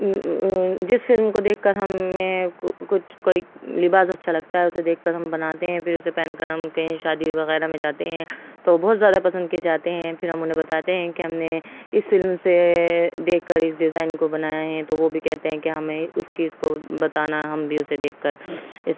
جس فلم کو دیکھ کر ہمیں کچھ کوئی لباس اچھا لگتا ہے اسے دیکھ کر ہم بناتے ہیں پھر اسے پہن کر ہم کہیں شادی وغیرہ میں جاتے ہیں تو بہت زیادہ پسند کیے جاتے ہیں پھر ہم انہیں بتاتے ہیں کہ ہم نے اس فلم سے دیکھ کر اس ڈیزائن کو بنایا ہیں تو وہ بھی کہتے ہیں کہ ہمیں اس چیز کو بتانا ہم بھی اسے دیکھ کر اس